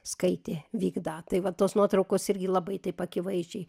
skaitė vykdą tai va tos nuotraukos irgi labai taip akivaizdžiai